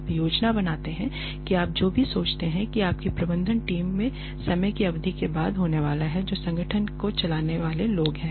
आप योजना बनाते हैं कि आप जो भी सोचते हैं कि आपकी प्रबंधन टीम में समय की अवधि के बाद होने वाला है जो संगठन को चलाने वाले लोग हैं